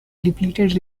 depleted